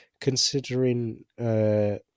considering